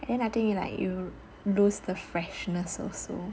and then I think you like you lose the freshness also